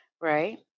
right